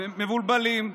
מבולבלים,